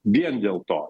vien dėl to